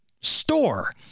Store